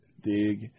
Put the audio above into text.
dig